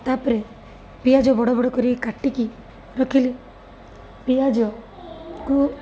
ତା'ପରେ ପିଆଜ ବଡ଼ ବଡ଼ କରି କାଟିକି ରଖିଲି ପିଆଜ କୁ